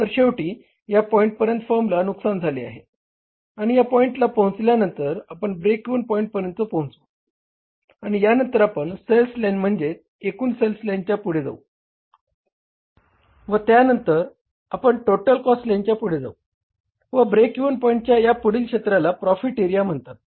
तर शेवटी या पॉईंटपर्यंत फर्मला नुकसान झाले आहे आणि या पॉइंटला पोहचल्या नंतर आपण ब्रेक इव्हन पॉईंटपर्यंत पोहचू आणि यांनतर आपण सेल्स लाईन म्हणजेच एकूण सेल्स लाईनच्या पुढे जाऊ व त्यांनतर आपण टोटल कॉस्ट लाईनच्या पुढे जाऊ व ब्रेक इव्हन पॉईंटच्या या पुढील क्षेत्राला प्रॉफिट एरिया म्हणतात